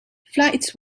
flights